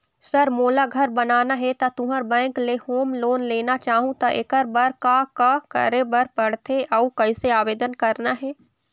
Sir मोला घर बनाना हे ता तुंहर बैंक ले होम लोन लेना चाहूँ ता एकर बर का का करे बर पड़थे अउ कइसे आवेदन करना हे?